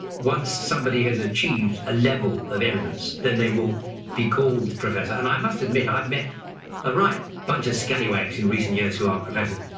once somebody has achieved a level of eminence, eminence, then they will be called professor. and i must admit i've met a right bunch of scallywags in recent years who are professors.